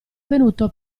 venuto